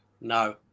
No